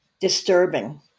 disturbing